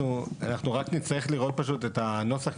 אנחנו רק נצטרך לראות פשוט את הנוסח,